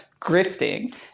grifting